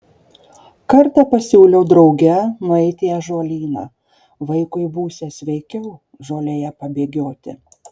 kartą pasiūliau drauge nueiti į ąžuolyną vaikui būsią sveikiau žolėje pabėgioti